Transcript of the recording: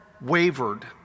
wavered